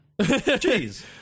Jeez